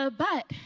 ah but